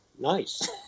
nice